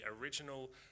original